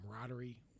camaraderie